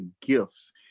gifts